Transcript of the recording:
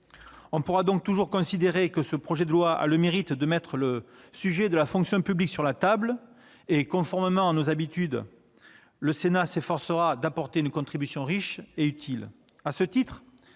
On pourra toujours considérer que ce projet de loi a le mérite de mettre le sujet de la fonction publique sur la table, et, conformément à ses habitudes, le Sénat s'efforcera d'apporter une contribution riche et utile.